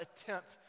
attempt